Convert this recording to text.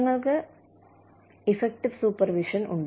ഞങ്ങൾക്ക് effective supervision ഉണ്ട്